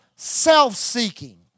Self-seeking